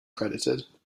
credited